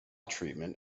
treatment